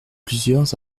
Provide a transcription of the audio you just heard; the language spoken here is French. plusieurs